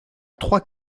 trois